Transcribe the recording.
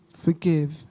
forgive